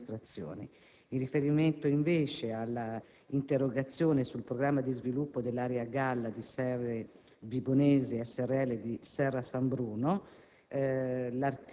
con altre amministrazioni. In riferimento invece all'interrogazione sul programma di sviluppo dell'area G.A.L. Serre Vibonesi s.r.l. di Serra San Bruno,